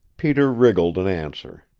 peter wriggled an answer.